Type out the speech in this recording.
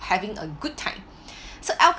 having a good time so alco~